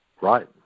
Right